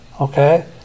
okay